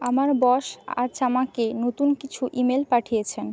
আমার বস আজ আমাকে নতুন কিছু ইমেল পাঠিয়েছেন